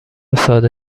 ساده